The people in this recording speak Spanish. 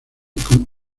con